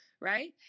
right